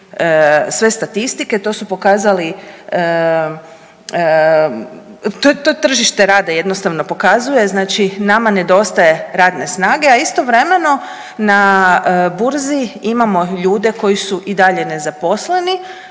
sve statistike, to su pokazali, to tržište rada jednostavno pokazuje, znači nama nedostaje radne snage, a istovremeno na burzi imamo ljude koji su i dalje nezaposleni